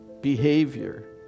behavior